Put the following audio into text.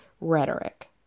rhetoric